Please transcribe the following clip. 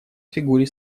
фигуре